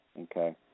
okay